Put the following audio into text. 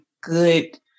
good